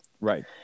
Right